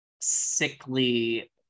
sickly